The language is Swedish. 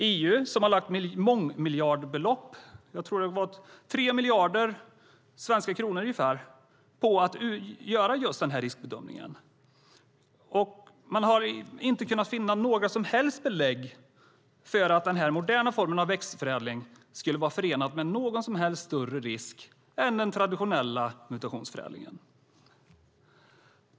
EU har lagt mångmiljardbelopp - jag tror att det är ungefär 3 miljarder svenska kronor - på att göra just den riskbedömningen. Men man har inte kunnat finna några som helst belägg för att den här moderna formen av växtförädling skulle vara förenad med någon som helst större risk än den traditionella mutationsförädlingen.